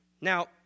Now